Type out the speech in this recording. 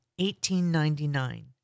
1899